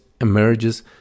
emerges